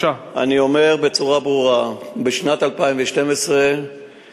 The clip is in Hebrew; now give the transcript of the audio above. אני אומר בצורה ברורה: בשנת 2012 יש